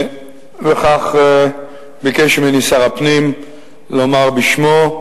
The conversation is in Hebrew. וכך ביקש ממני שר הפנים לומר בשמו: